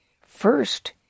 first